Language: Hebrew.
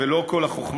ולא כל החוכמה,